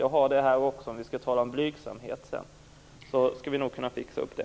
Jag har det här också, så om vi skall tala om blygsamhet skall vi nog kunna ordna det.